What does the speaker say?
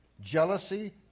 jealousy